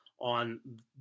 on